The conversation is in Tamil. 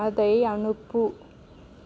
அதை அனுப்பு